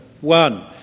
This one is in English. One